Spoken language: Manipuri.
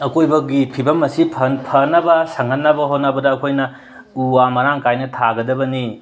ꯑꯀꯣꯏꯕꯒꯤ ꯐꯤꯕꯝ ꯑꯁꯤ ꯐꯍꯟ ꯐꯅꯕ ꯁꯪꯍꯟꯅꯕ ꯍꯣꯠꯅꯕꯗ ꯑꯩꯈꯣꯏꯅ ꯎ ꯋꯥ ꯃꯔꯥꯡ ꯀꯥꯏꯅ ꯊꯥꯒꯗꯕꯅꯤ